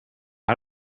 out